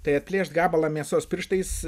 tai atplėšt gabalą mėsos pirštais